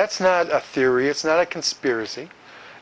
that's not a theory it's not a conspiracy